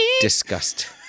disgust